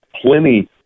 plenty